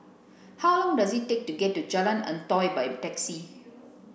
how long does it take to get to Jalan Antoi by taxi